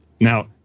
Now